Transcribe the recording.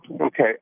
Okay